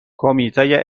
کمیته